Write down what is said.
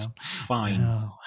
fine